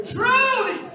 Truly